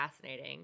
fascinating